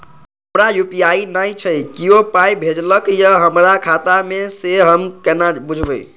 हमरा यू.पी.आई नय छै कियो पाय भेजलक यै हमरा खाता मे से हम केना बुझबै?